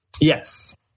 Yes